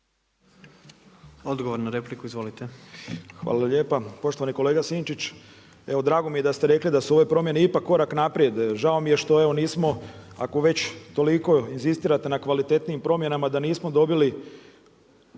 **Šimić, Miroslav (MOST)** Hvala lijepa. Poštovani kolega Sinčić, evo drago mi je da ste rekli da su ove promjene ipak korak naprijed. Žao mi je što evo nismo ako već toliko inzistirate na kvalitetnijim promjenama da nismo dobili